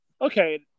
Okay